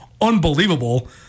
unbelievable